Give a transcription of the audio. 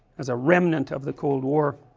as a remnant of the cold war